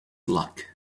luck